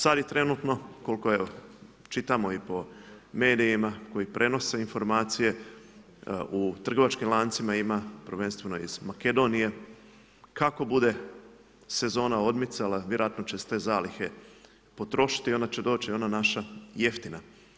Sada je trenutno, koliko, evo čitamo i po medijima, koje prenose informacije, u trgovačkim lancima ima, prvenstveno iz Makedonije, kako bude sezona odmicala, vjerojatno će se te zalihe potrošiti i onda će doći ta jeftina.